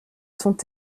sont